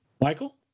Michael